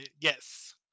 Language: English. yes